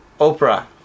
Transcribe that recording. Oprah